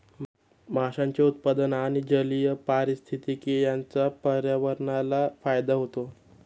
माशांचे उत्पादन आणि जलीय पारिस्थितिकी यांचा पर्यावरणाला फायदा होतो